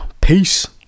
Peace